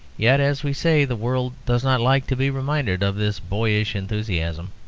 yet, as we say, the world does not like to be reminded of this boyish enthusiasm.